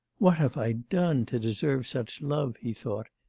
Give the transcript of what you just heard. what have i done to deserve such love he thought.